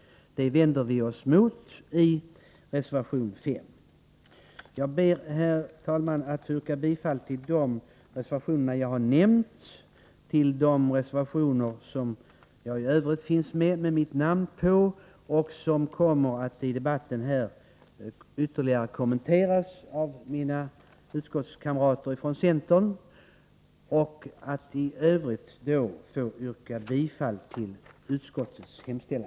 Det vänder vi oss mot i reservation 5. Jag ber, herr talman, att få yrka bifall till de reservationer jag har nämnt och till de reservationer i övrigt som mitt namn finns med på och som i debatten här ytterligare kommer att kommenteras av mina utskottskamrater från centern. I övrigt ber jag att få yrka bifall till utskottets hemställan.